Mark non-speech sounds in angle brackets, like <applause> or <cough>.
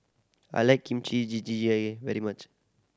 I like Kimchi <unintelligible> very much